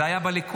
זה היה בליכוד.